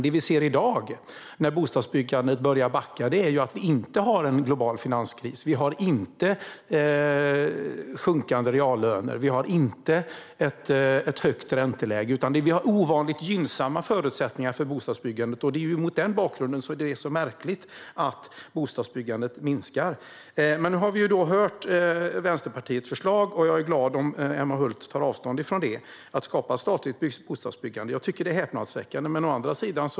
Det vi ser i dag, när bostadsbyggandet börjar backa, är att det inte råder en global finanskris, att reallönerna inte sjunker och att det inte råder ett högt ränteläge. Nu är det ovanligt gynnsamma förutsättningar för bostadsbyggande. Det är mot den bakgrunden som det är så märkligt att bostadsbyggandet minskar. Nu har vi hört Vänsterpartiets förslag, och jag är glad att Emma Hult tar avstånd från att skapa ett statligt bostadsbyggande. Det är häpnadsväckande.